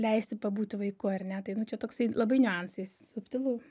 leisti pabūti vaiku ar ne tai nu čia toksai labai niuansais subtilu